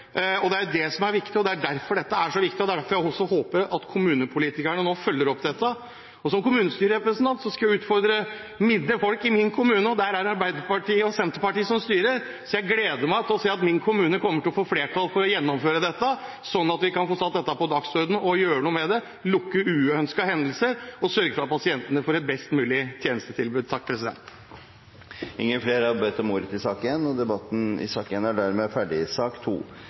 Det er det som er viktig, og det er derfor dette er så viktig, og det er derfor jeg også håper at kommunepolitikerne nå følger opp dette. Som kommunestyrerepresentant skal jeg utfordre mine folk i min kommune, og der er det Arbeiderpartiet og Senterpartiet som styrer, så jeg gleder meg til å se at min kommune kommer til å få flertall for å gjennomføre dette, sånn at vi kan få satt dette på dagsordenen og gjort noe med det – lukke uønskede hendelser og sørge for at pasientene får et best mulig tjenestetilbud. Flere har ikke bedt om ordet til sak nr. 1. I den rapporten vi behandler nå, mener Riksrevisjonen å ha funnet særlig tre punkter som er